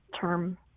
term